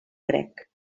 crec